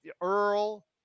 Earl